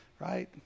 right